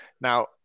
Now